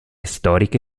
storiche